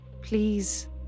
please